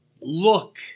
look